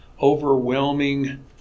overwhelming